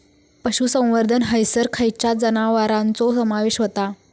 पशुसंवर्धन हैसर खैयच्या जनावरांचो समावेश व्हता?